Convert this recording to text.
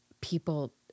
people